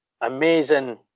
amazing